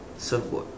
surfboard